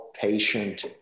patient